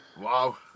Wow